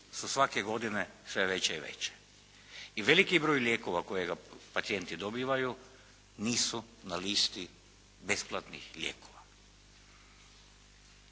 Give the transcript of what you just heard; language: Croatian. su svake godine sve veće i veće, i veliki broj lijekova koje pacijenti dobivaju nisu na listi besplatnih lijekova.